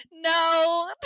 no